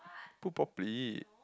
put properly